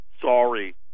Sorry